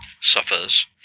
suffers